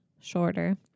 shorter